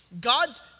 God's